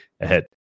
ahead